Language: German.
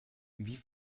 wie